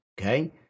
Okay